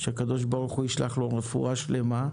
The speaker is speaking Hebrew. שהקדוש ברוך הוא ישלח לו רפואה שלמה.